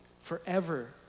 Forever